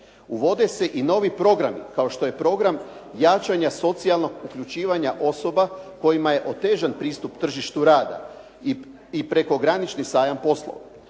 Uvode se i novi programi, kao što je program jačanja socijalnog uključivanja osoba kojima je otežan pristup tržištu rada i prekogranični sajam poslova.